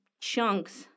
chunks